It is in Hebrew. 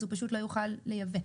הוא לא יוכל לייבא.